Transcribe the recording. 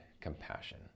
compassion